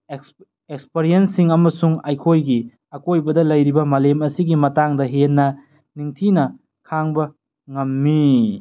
ꯑꯦꯛꯁꯄꯔꯤꯑꯦꯟꯁꯁꯤꯡ ꯑꯃꯁꯨꯡ ꯑꯩꯈꯣꯏꯒꯤ ꯑꯀꯣꯏꯕꯗ ꯂꯩꯔꯤꯕ ꯃꯥꯂꯦꯝ ꯑꯁꯤꯒꯤ ꯃꯇꯥꯡꯗ ꯍꯦꯟꯅ ꯅꯤꯡꯊꯤꯅ ꯈꯥꯡꯕ ꯉꯝꯃꯤ